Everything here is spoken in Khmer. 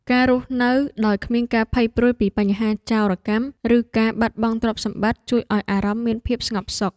ការរស់នៅដោយគ្មានការភ័យព្រួយពីបញ្ហាចោរកម្ម ឬការបាត់បង់ទ្រព្យសម្បត្តិជួយឱ្យអារម្មណ៍មានភាពស្ងប់សុខ។